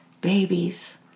babies